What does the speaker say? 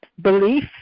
belief